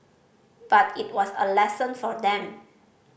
but it was a lesson for them